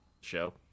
show